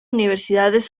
universidades